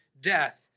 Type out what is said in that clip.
death